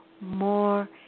more